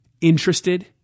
interested